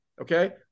Okay